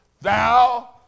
thou